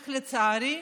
אך לצערי,